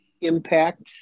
impact